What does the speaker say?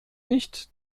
nicht